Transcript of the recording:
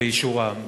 באישורם.